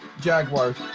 Jaguars